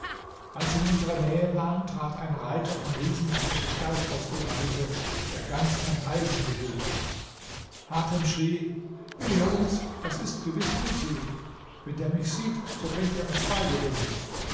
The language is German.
als sie in unserer nähe waren trat ein reiter von riesenhafter gestalt aus ihrer mitte der ganz in eisen gehüllt war hatem schrie wehe uns das ist gewiß mudsil wenn der mich sieht so bringt er uns beide um